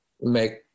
make